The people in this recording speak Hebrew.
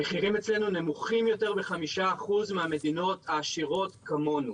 המחירים אצלנו נמוכים יותר ב-5% מהמדינות העשירות כמונו.